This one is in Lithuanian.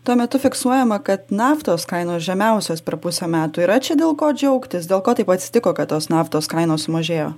tuo metu fiksuojama kad naftos kainos žemiausios per pusę metų yra čia dėl ko džiaugtis dėl ko taip atsitiko kad tos naftos kainos sumažėjo